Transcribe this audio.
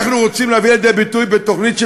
אנחנו רוצים להביא לידי ביטוי בתוכנית של